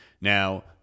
Now